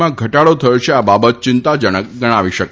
માં ઘટાડો થયો છૈ આ બાબત ચિંતાજનક ગણાવી શકાય